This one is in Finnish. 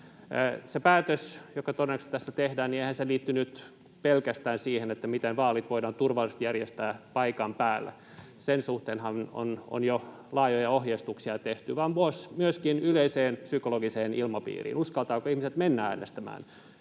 Se päätöshän, joka todennäköisesti tässä tehdään, ei liittynyt pelkästään siihen, miten vaalit voidaan järjestää turvallisesti paikan päällä — sen suhteenhan on jo laajoja ohjeistuksia tehty — vaan myöskin yleiseen psykologiseen ilmapiiriin: uskaltavatko ihmiset mennä äänestämään.